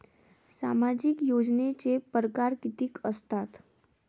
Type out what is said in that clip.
सामाजिक योजनेचे परकार कितीक असतात?